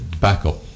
backup